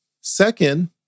Second